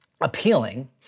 appealing